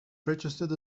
registered